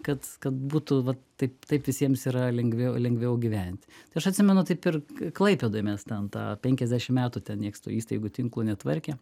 kad kad būtų vat taip taip visiems yra lengviau lengviau gyventi aš atsimenu taip ir klaipėdoj mes ten tą penkiasdešim metų ten nieks tų įstaigų tinklų netvarkė